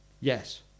Yes